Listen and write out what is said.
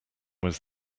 was